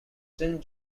saint